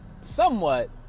somewhat